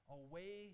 away